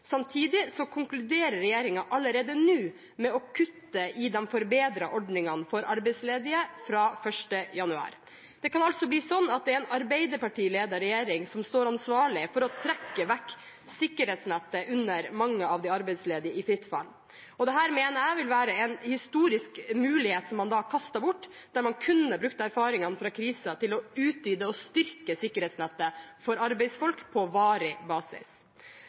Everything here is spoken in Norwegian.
konkluderer regjeringen allerede nå med å kutte i de forbedrede ordningene for arbeidsledige fra 1. januar. Det kan altså bli sånn at det er en Arbeiderparti-ledet regjering som står ansvarlig for å trekke sikkerhetsnettet vekk under mange av de arbeidsledige i fritt fall. Det mener jeg vil være en historisk mulighet som man da kaster bort, der man kunne brukt erfaringene fra krisen til å utvide og styrke sikkerhetsnettet for arbeidsfolk på varig basis.